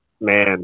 man